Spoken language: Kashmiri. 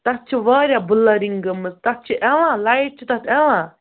تَتھ چھِ واریاہ بُلَڈِنٛگ گٔمٕژ تَتھ چھِ یِوان لایِٹ چھِ تَتھ یِوان